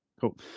Cool